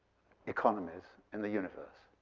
economies in the universe.